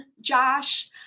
Josh